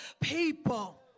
people